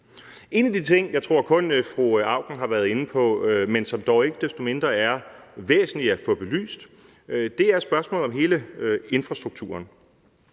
En af de ting, som jeg kun tror fru Ida Auken har været inde på, men som dog ikke desto mindre er væsentlig at få belyst, er spørgsmålet om hele infrastrukturen.